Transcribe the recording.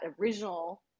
original